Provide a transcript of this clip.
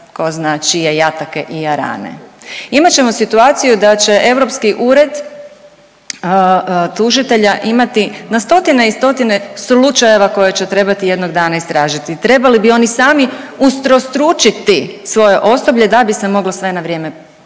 tko zna čije jatake i jarane. Imat ćemo situaciju da će europski ured tužitelja imati na stotine i stotine slučajeva koje će trebati jednog dana istražiti. Trebali bi oni sami utrostručiti svoje osoblje da bi se moglo sve na vrijeme pročešljati.